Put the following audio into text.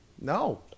No